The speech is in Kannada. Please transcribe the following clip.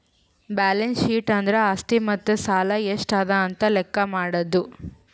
ಬ್ಯಾಲೆನ್ಸ್ ಶೀಟ್ ಅಂದುರ್ ಆಸ್ತಿ ಮತ್ತ ಸಾಲ ಎಷ್ಟ ಅದಾ ಅಂತ್ ಲೆಕ್ಕಾ ಮಾಡದು